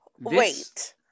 Wait